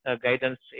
guidance